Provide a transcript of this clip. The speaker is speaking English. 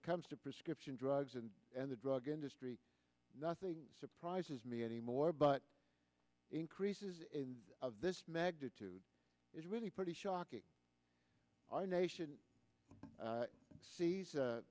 it comes to prescription drugs and and the drug industry nothing surprises me anymore but increases in of this magnitude is really pretty shocking our nation sees